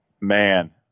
Man